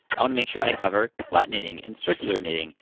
i wanna make sure i cover flat knitting and circular knitting,